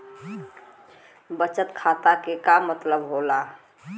बचत खाता के का मतलब होला?